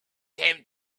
tim